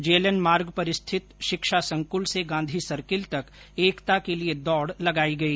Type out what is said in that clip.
JLN मार्ग पर स्थित शिक्षा संकूल से गांधी सर्किल तक एकता के लिए दौड लगाई गई